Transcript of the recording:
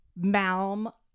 Malm